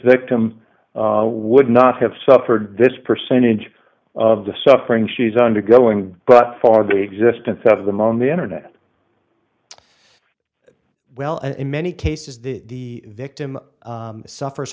victim would not have suffered this percentage of the suffering she's undergoing but for the existence of the mon the internet well in many cases the victim suffers